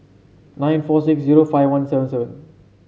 nine four six zero five one seven seven